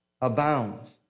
abounds